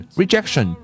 rejection